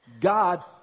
God